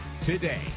today